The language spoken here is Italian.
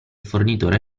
fornitore